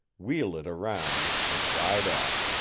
wheel it around, and ride off.